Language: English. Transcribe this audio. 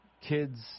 kids